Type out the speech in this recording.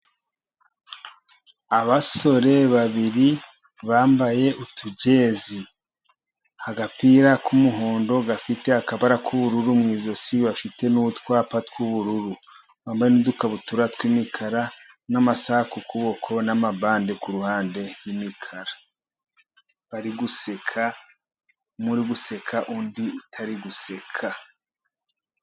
Abasore babiri bambaye utujezi, agapira k'umuhondo gafite akabara k'ubururu mu ijosi bafite n'utwapa tw'ubururu, bambaye udukabutura tw'imikara n'amasaha kukuboko n'amabande kuruhande yimikara, bari guseka nundi utari guseka.